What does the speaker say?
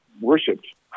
worshipped